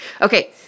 okay